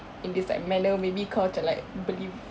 in this like manner maybe kau macam like believe